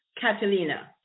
Catalina